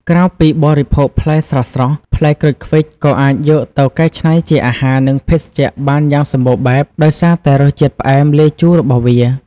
ក្រៅពីបរិភោគផ្លែស្រស់ៗ ផ្លែក្រូចឃ្វិចក៏អាចយកទៅកែច្នៃជាអាហារ និងភេសជ្ជៈបានយ៉ាងសម្បូរបែប ដោយសារតែរសជាតិផ្អែមលាយជូររបស់វា។